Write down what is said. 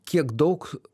kiek daug